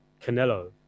Canelo